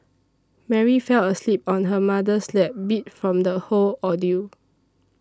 Mary fell asleep on her mother's lap beat from the whole ordeal